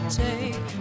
take